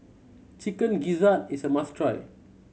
Chicken Gizzard is a must try